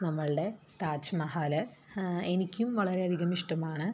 നമ്മളുടെ താജ് മഹൽ എനിക്കും വളരെയധികം ഇഷ്ടമാണ്